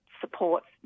supports